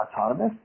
Autonomous